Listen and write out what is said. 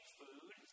food